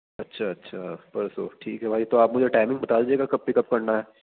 اچھا اچھا پرسوں ٹھیک ہے بھائی تو آپ مجھے ٹائمنگ بتا دیجیے گا کب پک اپ کرنا ہے